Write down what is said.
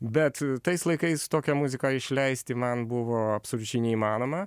bet tais laikais tokią muziką išleisti man buvo absoliučiai neįmanoma